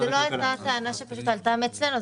זאת לא הייתה הטענה שעלתה אצלנו.